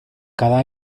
cada